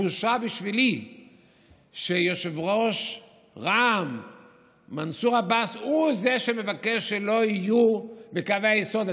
בושה בשבילי שיושב-ראש רע"מ מנסור עבאס הוא שמבקש שלא יהיו בקווי היסוד,